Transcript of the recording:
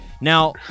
Now